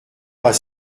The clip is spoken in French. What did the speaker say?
pas